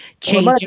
change